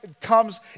comes